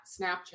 Snapchat